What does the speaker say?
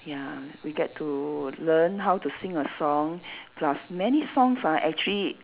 ya we get to learn how to sing a song plus many songs are actually